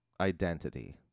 identity